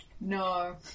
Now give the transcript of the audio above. No